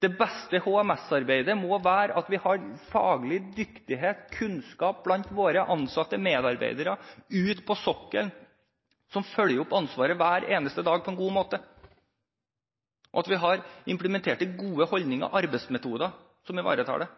Det beste HMS-arbeidet må være at vi har faglig dyktighet, kunnskap, blant våre ansatte, våre medarbeidere ute på sokkelen, som følger opp ansvaret hver eneste dag på en god måte, at vi har implementert gode holdninger og arbeidsmetoder som ivaretar det.